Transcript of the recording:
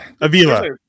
Avila